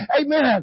Amen